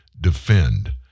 defend